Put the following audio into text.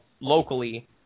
locally